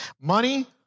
money